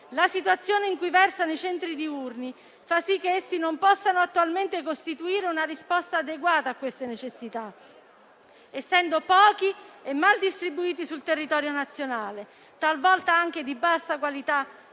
La situazione in cui versano i centri diurni fa sì che essi non possano attualmente costituire una risposta adeguata a queste necessità, essendo pochi e mal distribuiti sul territorio nazionale (talvolta anche di bassa qualità